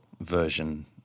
version